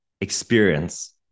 experience